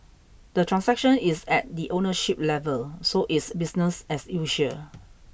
the transaction is at the ownership level so it's business as usual